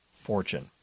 Fortune